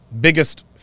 biggest